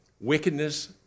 wickedness